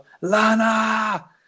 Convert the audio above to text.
Lana